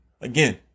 Again